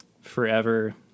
forever